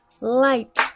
light